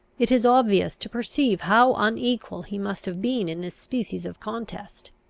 it is obvious to perceive how unequal he must have been in this species of contest.